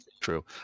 true